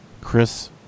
Chris